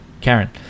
Karen